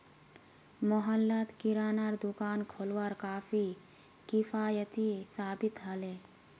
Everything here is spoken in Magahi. मोहल्लात किरानार दुकान खोलवार काफी किफ़ायती साबित ह ले